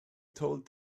told